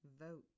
Vote